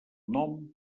nom